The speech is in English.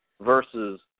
versus